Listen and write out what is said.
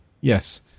yes